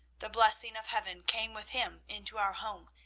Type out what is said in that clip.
the blessing of heaven came with him into our home,